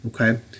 Okay